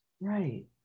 right